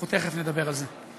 אנחנו תכף נדבר על זה.